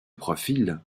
profil